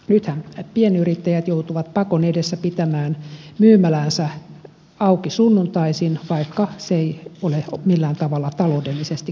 nythän pienyrittäjät joutuvat pakon edessä pitämään myymäläänsä auki sunnuntaisin vaikka se ei ole millään tavalla taloudellisesti kannattavaa